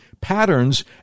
patterns